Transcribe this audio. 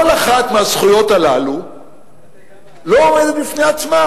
כל אחת מהזכויות הללו לא עומדת בפני עצמה.